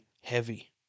heavy